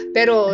Pero